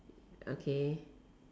okay